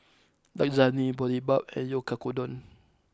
Lasagne Boribap and Oyakodon